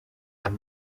buri